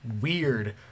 weird